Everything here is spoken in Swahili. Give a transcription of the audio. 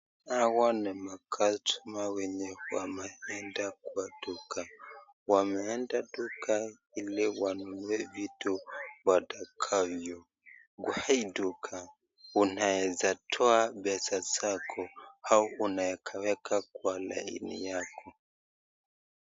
Hawa ni macustomer wenye wameenda kwa duka, wameenda duka ili wanunue vitu watakavyo kwa hii duka unaweza toa pesa zako au unaweka kwa laini yako.